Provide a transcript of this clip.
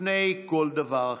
לפני כל דבר אחר.